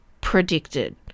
Predicted